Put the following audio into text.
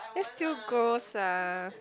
that still gross ah